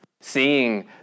seeing